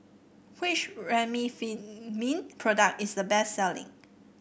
which Remifemin product is the best selling